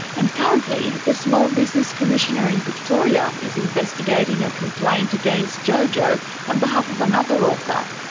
and currently, the small business commissioner in victoria is investigating a complaint against jojo on behalf of another author.